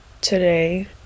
today